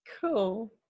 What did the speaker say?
Cool